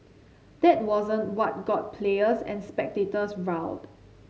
that wasn't what got players and spectators riled